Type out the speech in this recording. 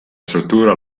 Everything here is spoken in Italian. struttura